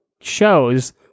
shows